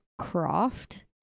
Croft